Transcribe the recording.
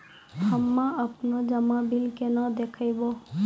हम्मे आपनौ जमा बिल केना देखबैओ?